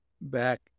back